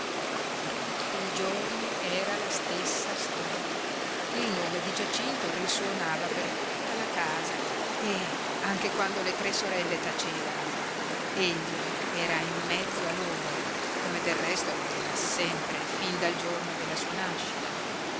tutti i giorni era la stessa storia il nome di giacinto risuonava per tutta la casa e anche quando le tre sorelle tacevano egli era in mezzo a loro come del resto lo era sempre fin dal giorno della sua nascita